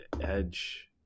Edge